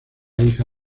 hija